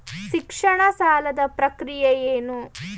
ಶಿಕ್ಷಣ ಸಾಲದ ಪ್ರಕ್ರಿಯೆ ಏನು?